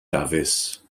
dafis